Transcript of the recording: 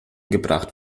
gebracht